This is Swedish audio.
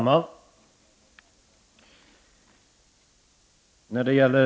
Herr talman!